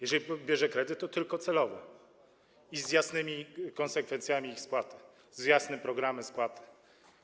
Jeżeli bierze kredyt, to tylko celowy i z jasnymi konsekwencjami ich spłaty, z jasnym programem spłaty.